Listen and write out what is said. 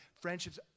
friendships